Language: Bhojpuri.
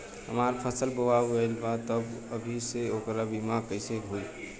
हमार फसल बोवा गएल बा तब अभी से ओकर बीमा कइसे होई?